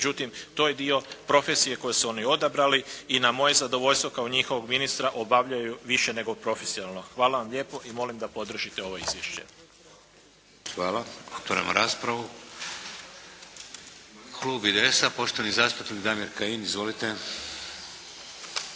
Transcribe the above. međutim to je dio profesije koju su oni odabrali i na moje zadovoljstvo kao njihovog ministra obavljaju više nego profesionalno. Hvala vam lijepo i molim da podržite ovo izvješće. **Šeks, Vladimir (HDZ)** Hvala. Otvaram raspravu. Klub IDS-a poštovani zastupnik Damir Kajin. Izvolite.